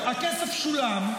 הכסף שולם,